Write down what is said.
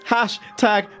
Hashtag